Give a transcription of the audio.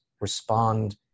respond